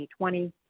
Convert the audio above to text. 2020